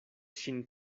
ŝin